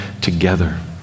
together